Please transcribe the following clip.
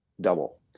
double